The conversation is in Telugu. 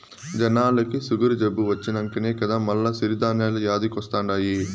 జనాలకి సుగరు జబ్బు వచ్చినంకనే కదా మల్ల సిరి ధాన్యాలు యాదికొస్తండాయి